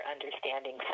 understanding